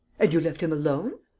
and you left him alone?